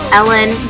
ellen